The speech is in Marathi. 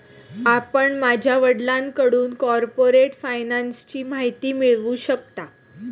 आपण माझ्या वडिलांकडून कॉर्पोरेट फायनान्सची माहिती मिळवू शकता